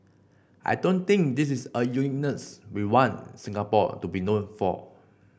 I don't think this is a uniqueness we want Singapore to be known for